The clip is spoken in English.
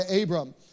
Abram